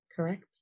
Correct